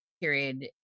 period